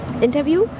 Interview